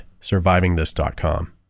survivingthis.com